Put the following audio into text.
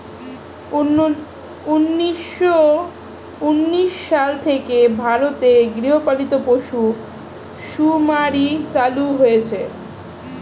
উন্নিশো উনিশ সাল থেকে ভারতে গৃহপালিত পশু শুমারি চালু হয়েছে